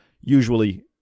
usually